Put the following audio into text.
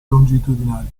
longitudinali